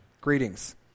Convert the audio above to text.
greetings